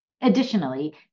Additionally